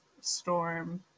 Storm